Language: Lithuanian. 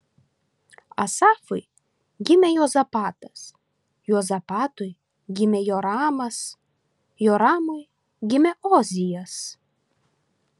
asafui gimė juozapatas juozapatui gimė joramas joramui gimė ozijas